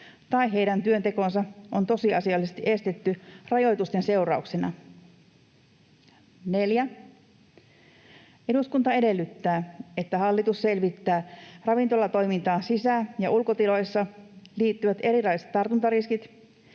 tai heidän työntekonsa on tosiasiallisesti estetty rajoitusten seurauksena. 4. Eduskunta edellyttää, että hallitus selvittää ravintolatoimintaan sisä- ja ulkotiloissa liittyvät erilaiset tartuntariskit